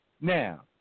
Now